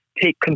Take